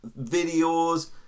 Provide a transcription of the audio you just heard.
videos